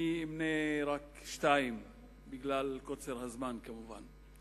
אני אמנה רק שתיים, בגלל קוצר הזמן, כמובן.